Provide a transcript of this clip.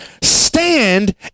stand